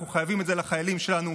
אנחנו חייבים את זה לחיילים שלנו,